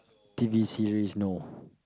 t_v series no